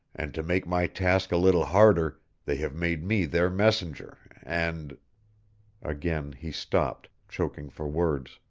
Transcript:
and to make my task a little harder they have made me their messenger, and again he stopped, choking for words.